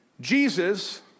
Jesus